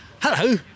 Hello